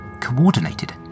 coordinated